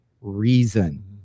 reason